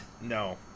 No